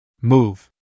Move